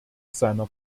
seiner